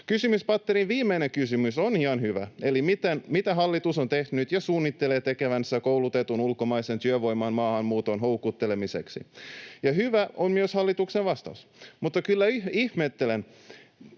Kysymyspatterin viimeinen kysymys on ihan hyvä, eli mitä hallitus on tehnyt ja suunnittelee tekevänsä koulutetun ulkomaisen työvoiman maahanmuuton houkuttelemiseksi, ja hyvä on myös hallituksen vastaus. Mutta kyllä ihmettelen